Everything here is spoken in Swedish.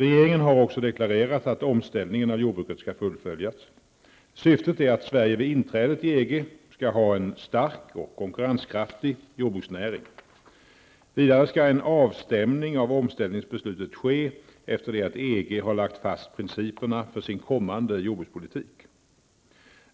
Regeringen har också deklarerat att omställningen av jordbruket skall fullföljas. Syftet är att Sverige vid inträdet i EG skall ha en stark och konkurrenskraftig jordbruksnäring. Vidare skall en avstämning av omställningsbesluten ske efter det att EG har lagt fast principerna för sin kommande jordbrukspolitik.